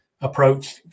approach